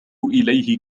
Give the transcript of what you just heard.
إليه